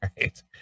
right